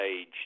age